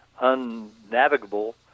unnavigable